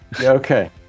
Okay